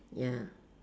ya